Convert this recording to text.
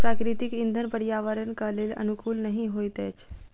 प्राकृतिक इंधन पर्यावरणक लेल अनुकूल नहि होइत अछि